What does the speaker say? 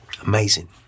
Amazing